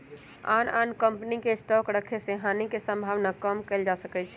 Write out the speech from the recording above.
आन आन कम्पनी के स्टॉक रखे से हानि के सम्भावना कम कएल जा सकै छइ